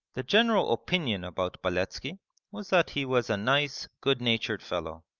the general opinion about beletski was that he was a nice, good-natured fellow.